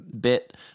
bit